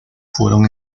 fueron